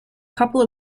couple